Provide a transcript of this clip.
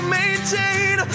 maintain